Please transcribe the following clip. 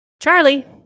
Charlie